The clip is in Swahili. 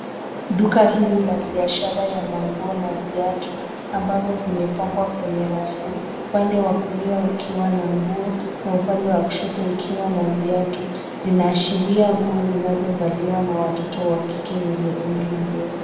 Duka hili la biashara ya manguo na viatu ambavyo vimepangwa kwenye rafu, upande wa kulia ukiwa na nguo, na upande wa kushoto ukiwa na viatu, zinaashiria nguo zinazovaliwa na watoto wa kike wenye umri mdogo.